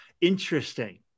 interesting